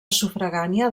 sufragània